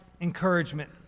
encouragement